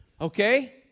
Okay